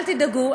אל תדאגו,